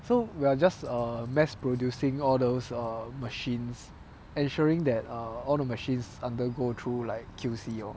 so we're just err mass producing all those err machines ensuring that err all the machines undergo through like Q_C lor